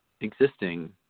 existing